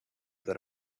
that